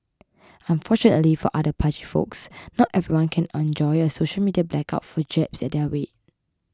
unfortunately for other pudgy folks not everyone can enjoy a social media blackout for jabs at their weight